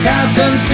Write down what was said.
Captain